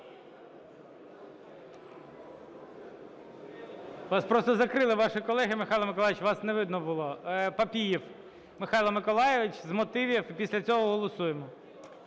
Вас просто закрили ваші колеги, Михайле Миколайовичу, вас не видно було. Папієв Михайло Миколайович - з мотивів. І після цього голосуємо.